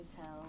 tell